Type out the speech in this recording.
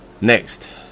Next